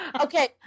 Okay